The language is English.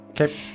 Okay